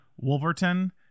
Wolverton